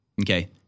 Okay